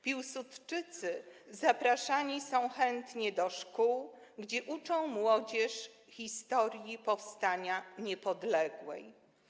Piłsudczycy zapraszani są chętnie do szkół, gdzie uczą młodzież historii powstania Niepodległej.